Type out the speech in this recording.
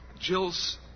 Jill's